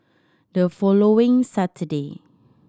the following Saturday